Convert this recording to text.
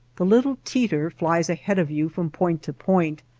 the little teeter flies ahead of you from point to point,